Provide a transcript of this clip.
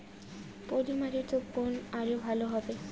পলি মাটিতে কোন আলু ভালো হবে?